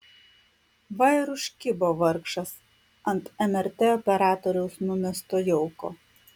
va ir užkibo vargšas ant mrt operatoriaus numesto jauko